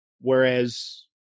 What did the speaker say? whereas